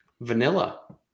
Vanilla